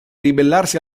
ribellarsi